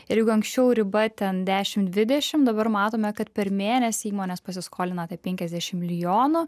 ir jeigu anksčiau riba ten dešim dvidešim dabar matome kad per mėnesį įmonės pasiskolina apie penkiasdešim milijonų